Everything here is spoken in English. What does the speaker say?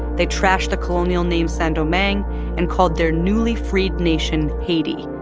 they trashed the colonial name saint-domingue and called their newly freed nation haiti,